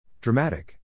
Dramatic